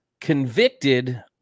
convicted